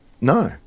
no